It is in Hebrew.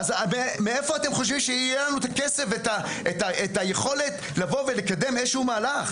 מאיפה אתם חושבים שיהיה לנו את הכסף ואת היכולת לקדם מהלך?